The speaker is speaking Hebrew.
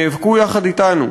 נאבקו יחד אתנו,